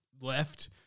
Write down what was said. left